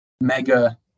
mega